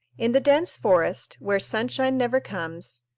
in the dense forest, where sunshine never comes,